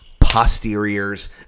posteriors